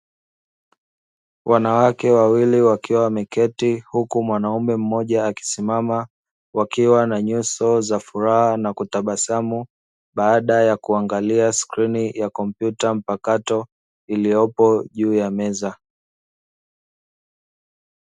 Wanawake wawili wakiwa wameketi huku mwanamume mmoja akisimama wakiwa na nyuso za furaha, na kutabasamu baada ya kuangalia skrini ya kompyuta mpakato iliyopo juu ya meza.